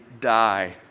die